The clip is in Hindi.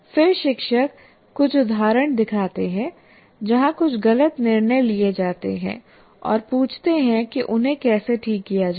फिर शिक्षक कुछ उदाहरण दिखाते हैं जहां कुछ गलत निर्णय लिए जाते हैं और पूछते हैं कि उन्हें कैसे ठीक किया जाए